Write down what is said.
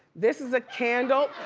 this is a candle,